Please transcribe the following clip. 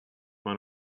one